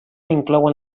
inclouen